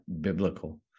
biblical